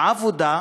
עבודה,